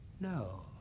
No